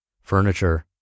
furniture